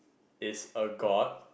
is a god